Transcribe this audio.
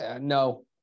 no